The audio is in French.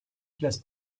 classes